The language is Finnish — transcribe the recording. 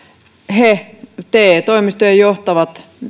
he te toimistojen